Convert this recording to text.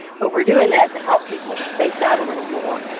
but we're doing that to help people space out a little more.